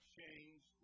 change